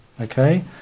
okay